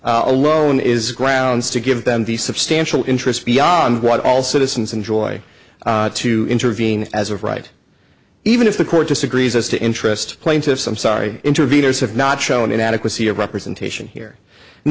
difference alone is grounds to give them the substantial interest beyond what all citizens enjoy to intervene as of right even if the court disagrees as to interest plaintiffs i'm sorry intervenors have not shown inadequacy of representation here and